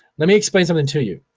let me explain something to you.